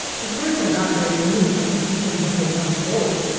the birds are not very numerous even when they come forth.